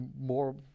more